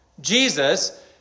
Jesus